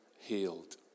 healed